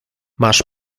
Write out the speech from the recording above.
masz